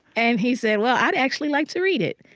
and he said, well, i'd actually like to read it.